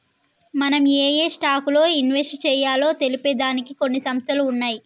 మనం ఏయే స్టాక్స్ లో ఇన్వెస్ట్ చెయ్యాలో తెలిపే దానికి కొన్ని సంస్థలు ఉన్నయ్యి